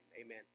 Amen